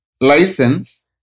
license